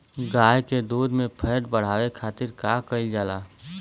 गाय के दूध में फैट बढ़ावे खातिर का कइल जाला?